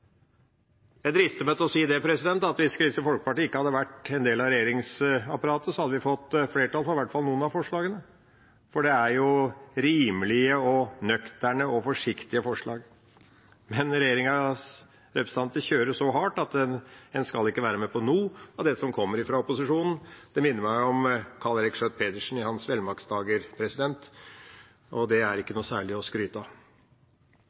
Jeg drister meg til å si at hvis Kristelig Folkeparti ikke hadde vært en del av regjeringsapparatet, hadde vi fått flertall for i hvert fall noen av forslagene, for det er jo rimelige, nøkterne og forsiktige forslag. Men regjeringas representanter kjører hardt på at en ikke skal være med på noe av det som kommer fra opposisjonen. Det minner meg om Karl Eirik Schjøtt-Pedersen i hans velmaktsdager, og det er ikke noe særlig å skryte